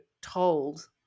told